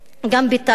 גם בטייבה,